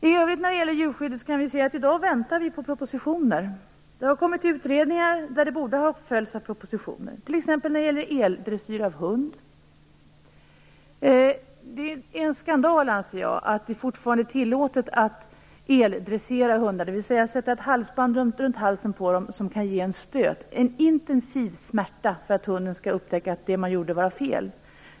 I övrigt kan vi se att vi när det gäller djurskyddet i dag väntar på propositioner. Det har kommit utredningar som borde ha följts av propositioner. Det gäller t.ex. eldressyr av hundar. Det är skandal att det fortfarande är tillåtet att eldressera hundar, dvs. sätta ett halsband runt halsen på dem som kan ge en stöt. Det handlar alltså om en intensiv smärta för att hunden skall upptäcka att det den gjorde var fel.